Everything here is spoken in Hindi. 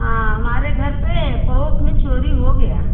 हाँ हमारे घर पर पड़ोस में चोरी हो गया